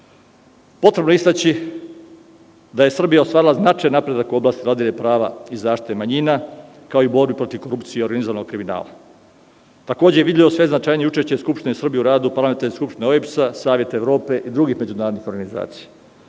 potrebno je istaći da je Srbija ostvarila značajan napredak u oblasti vladavine prava i zaštite manjina, kao i borbi protiv korupcije i organizovanog kriminala. Takođe je video sve značajnije učešće Skupštine u radu Parlamentarne skupštine OEBS, Saveta Evrope i drugih organizacija.